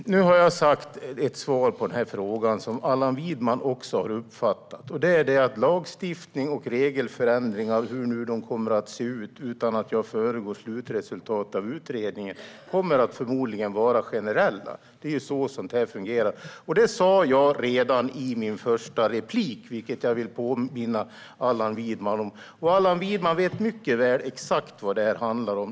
Herr talman! Nu har jag gett ett svar på denna fråga som Allan Widman också har uppfattat: Lagstiftning och regelförändringar - hur de nu kommer att se ut och utan att jag föregår utredningens slutresultat - kommer förmodligen att vara generella. Det är så sådant här fungerar. Detta sa jag redan i mitt första inlägg, vilket jag vill påminna Allan Widman om. Allan Widman vet exakt vad detta handlar om.